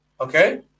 Okay